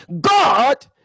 God